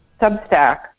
Substack